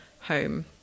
home